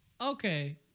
Okay